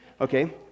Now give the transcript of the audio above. Okay